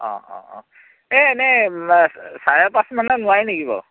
অ' অ' অ' এই এনে চাৰে পাঁচমানত নোৱাৰে নেকি বাউ